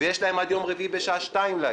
ויש להם עד יום רביעי בשעה שתיים להגיב.